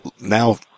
now